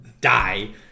die